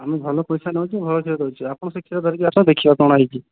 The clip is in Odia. ଆମେ ଭଲ ପଇସା ନେଉଛୁ ଭଲ କ୍ଷୀର ଦେଉଛୁ ଆପଣ ସେ କ୍ଷୀର ଧରିକି ଆସନ୍ତୁ ଦେଖିବ କ'ଣ ହୋଇଛି